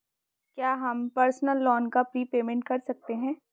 क्या हम personal loan का प्रीपेमेंट कर सकते हैं?